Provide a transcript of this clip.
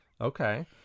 Okay